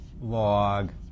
log